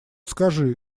скажи